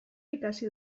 ikasi